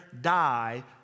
die